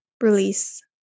release